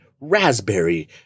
raspberry